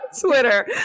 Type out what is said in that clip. Twitter